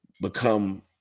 become